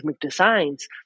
designs